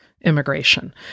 immigration